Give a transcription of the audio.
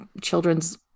children's